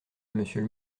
monsieur